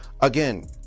again